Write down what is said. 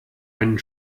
einen